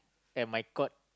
at my court